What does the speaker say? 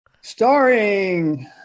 Starring